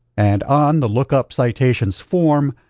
and on the look up citations form,